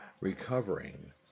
Recovering